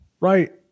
right